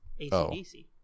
ACDC